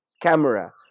camera